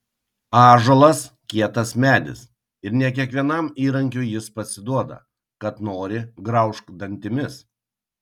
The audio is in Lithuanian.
ąžuolas kietas medis ir ne kiekvienam įrankiui jis pasiduoda kad nori graužk dantimis